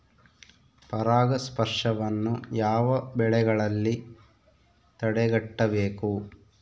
ಪರಾಗಸ್ಪರ್ಶವನ್ನು ಯಾವ ಬೆಳೆಗಳಲ್ಲಿ ತಡೆಗಟ್ಟಬೇಕು?